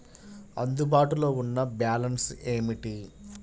అందుబాటులో ఉన్న బ్యాలన్స్ ఏమిటీ?